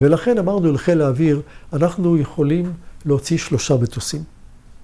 ‫ולכן אמרנו לחיל האוויר, ‫אנחנו יכולים להוציא שלושה מטוסים.